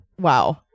wow